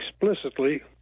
explicitly